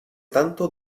tanto